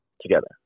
together